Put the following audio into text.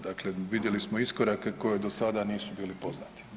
Dakle, vidjeli smo iskorake koji do sada nisu bili poznati.